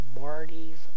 Marty's